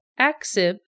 Aksib